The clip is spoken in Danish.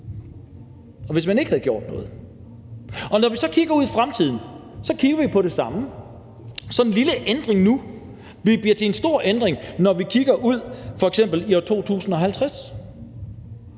og hvis ikke man havde gjort noget. Når vi så kigger ud i fremtiden, kigger vi på det samme. Så en lille ændring nu vil blive til en stor ændring, hvis vi kigger frem til år 2050,